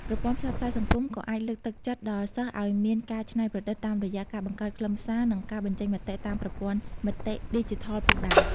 ប្រព័ន្ធផ្សព្វផ្សាយសង្គមក៏អាចលើកទឹកចិត្តដល់សិស្សឱ្យមានការច្នៃប្រឌិតតាមរយៈការបង្កើតខ្លឹមសារ និងការបញ្ចេញមតិតាមប្រព័ន្ធមតិឌីជីថលផងដែរ។